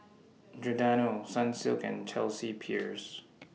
Giordano Sunsilk and Chelsea Peers